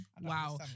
Wow